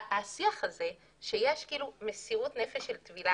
השיח הזה שיש מסירות נפש של טבילה